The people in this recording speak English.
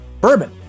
bourbon